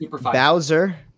Bowser